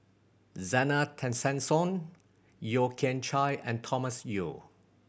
Zena Tessensohn Yeo Kian Chye and Thomas Yeo